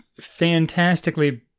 fantastically